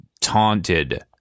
taunted